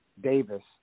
Davis